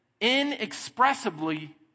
Inexpressibly